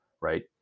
right